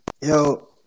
Yo